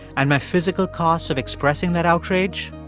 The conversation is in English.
and my physical costs of expressing that outrage?